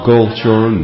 Culture